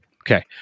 Okay